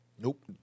Nope